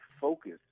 focus